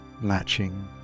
latching